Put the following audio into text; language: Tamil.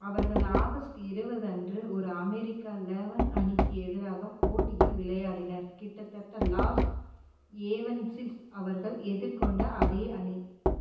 அவர்கள் ஆகஸ்ட் இருபது அன்று ஒரு அமெரிக்க லெவன் அணிக்கு எதிராக போட்டியில் விளையாடினர் கிட்டத்தட்ட லாஸ் ஏவல்ஸில் அவர்கள் எதிர்கொண்ட அதே அணி